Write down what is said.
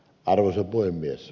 arvoisa puhemies